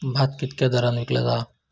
भात कित्क्या दरात विकला जा?